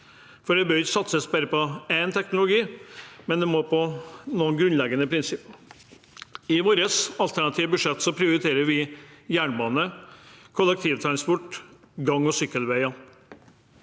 Det bør ikke satses på bare én teknologi, men på noen grunnleggende prinsipper. I vårt alternative budsjett prioriterer vi jernbane, kollektivtransport og gang- og sykkelveier,